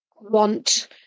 want